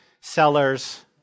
sellers